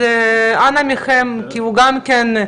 אז אנא מכם, כי הוא גם כן,